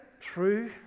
true